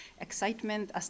excitement